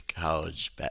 college